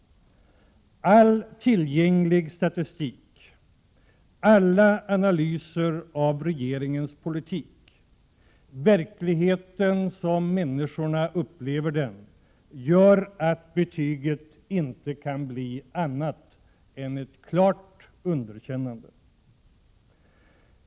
All tillgänglig statistik, alla analyser av regeringens politik och verkligheten sådan människor upplever den gör att betyget inte kan bli annat än klart underkänt.